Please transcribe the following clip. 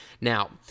Now